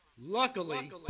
Luckily